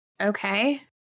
okay